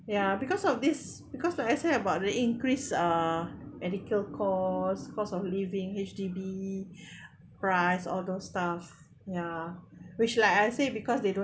ya because of this because like I say about the increase uh medical cost cost of living H_D_B price all those stuff ya which like I say because they don't